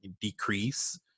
decrease